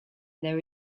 there